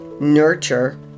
nurture